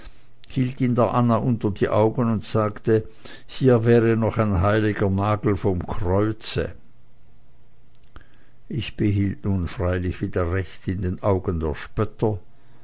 der anna unter die augen und sagte hier wäre noch ein heiliger nagel vom kreuze ich behielt nun freilich wieder recht in den augen der spötter